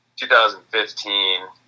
2015